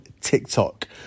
TikTok